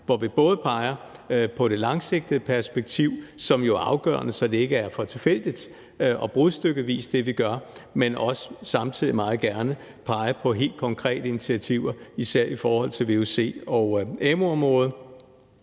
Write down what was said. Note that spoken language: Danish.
hvori vi både peger på det langsigtede perspektiv, som jo er afgørende, så det, vi gør, ikke er for tilfældigt og brudstykkevist, og meget gerne også peger på helt konkrete intiativer især i forhold til vuc- og amu-området.